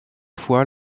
fois